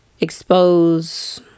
expose